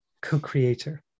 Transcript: co-creator